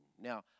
Now